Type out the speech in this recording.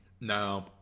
No